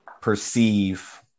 perceive